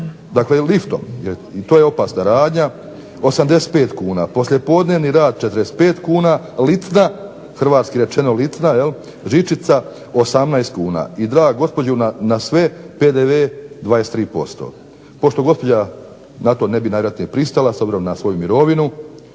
će liftom, to je opasna radnja 85kn, poslijepodnevni rad 45kn, licna, hrvatski rečeno licna jel žičica 18kn i draga gospođo na sve PDV 23%. Pošto gospođa na to vjerojatno ne pristala s obzirom na svoju mirovinu